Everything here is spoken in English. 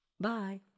Bye